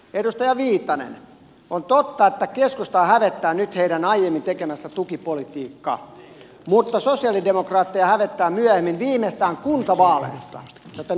edustaja viitanen on totta että keskustaa hävettää nyt heidän aiemmin tekemänsä tukipolitiikka mutta sosialidemokraatteja hävettää myöhemmin viimeistään kuntavaaleissa joten odotapas vain